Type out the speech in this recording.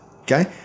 Okay